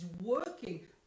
working